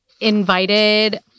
invited